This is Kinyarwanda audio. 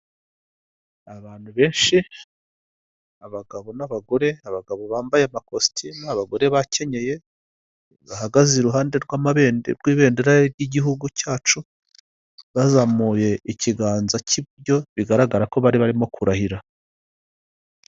Abantu benshi, abagabo n'abagore, abagabo bambaye amakositimu, abagore bacyenyeya bahagaze iruhande rw'ibendera ry'igihugu cyacu bazamuye ikiganza cy'iburyo bigaragara ko bari barimo kurahira